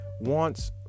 wants